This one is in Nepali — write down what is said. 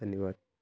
धन्यवाद